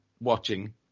watching